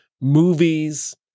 movies